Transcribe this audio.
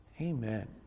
Amen